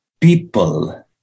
people